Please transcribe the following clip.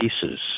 pieces